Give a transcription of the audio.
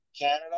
Canada